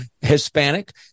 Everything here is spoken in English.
Hispanic